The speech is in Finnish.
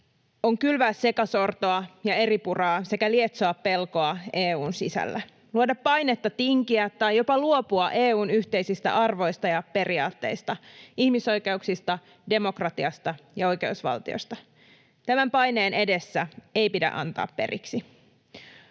on kylvää sekasortoa ja eripuraa sekä lietsoa pelkoa EU:n sisällä, luoda painetta tinkiä tai jopa luopua EU:n yhteisistä arvoista ja periaatteista, ihmisoikeuksista, demokratiasta ja oikeusvaltiosta. Tämän paineen edessä ei pidä antaa periksi.